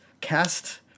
Cast